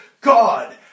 God